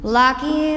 lucky